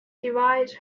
devise